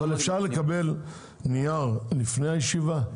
אבל אפשר לקבל נייר לפני הישיבה.